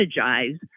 strategize